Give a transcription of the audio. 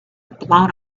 blown